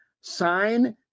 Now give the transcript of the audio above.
sign